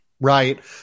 right